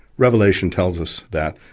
revelation tells us that,